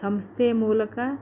ಸಂಸ್ಥೆಯ ಮೂಲಕ